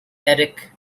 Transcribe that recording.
eric